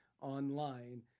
online